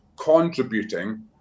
contributing